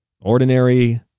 Ordinary